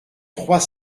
trois